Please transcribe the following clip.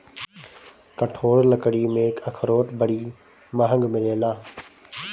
कठोर लकड़ी में अखरोट बड़ी महँग मिलेला